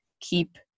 keep